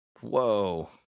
Whoa